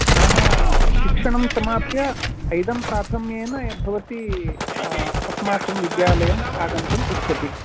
नाम शिक्षणं समाप्य ऐदम्प्राथम्येन भवती अस्माकं विद्यालयम् आगन्तुम् इच्छति